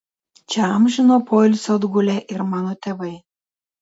čia amžino poilsio atgulę ir mano tėvai